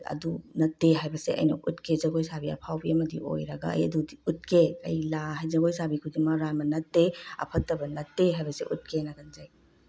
ꯑꯗꯨ ꯅꯠꯇꯦ ꯍꯥꯏꯕꯁꯦ ꯑꯩꯅ ꯎꯠꯀꯦ ꯖꯒꯣꯏ ꯁꯥꯕꯤ ꯑꯐꯥꯎꯕꯤ ꯑꯃꯗꯤ ꯑꯣꯏꯔꯒ ꯑꯩ ꯑꯗꯨꯗꯤ ꯎꯠꯀꯦ ꯑꯩ ꯍꯥꯏꯗꯤ ꯖꯒꯣꯏ ꯁꯥꯕꯤ ꯈꯨꯗꯤꯡꯃꯛ ꯑꯔꯥꯟꯕ ꯅꯠꯇꯦ ꯐꯠꯇꯕ ꯅꯠꯇꯦ ꯍꯥꯏꯕꯁꯦ ꯎꯠꯀꯦꯅ ꯈꯟꯖꯩ